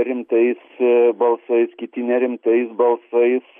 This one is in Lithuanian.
rimtais balsais kiti nerimtais balsais